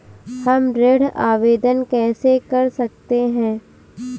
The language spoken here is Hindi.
हम ऋण आवेदन कैसे कर सकते हैं?